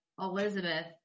Elizabeth